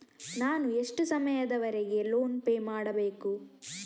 ನಾನು ಎಷ್ಟು ಸಮಯದವರೆಗೆ ಲೋನ್ ಪೇ ಮಾಡಬೇಕು?